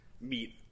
meet